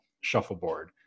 shuffleboard